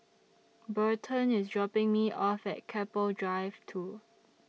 Burton IS dropping Me off At Keppel Drive two